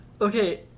Okay